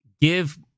Give